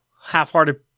half-hearted